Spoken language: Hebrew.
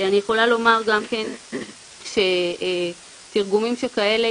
אני יכולה לומר גם כן שתרגומים כאלה,